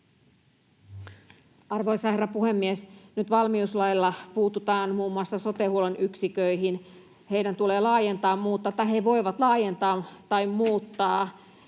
Arvoisa herra puhemies! Nyt valmiuslailla puututaan muun muassa sote-huollon yksiköihin: he voivat laajentaa tai muuttaa toimintaansa, ja potilaita